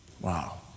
Wow